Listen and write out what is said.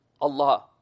Allah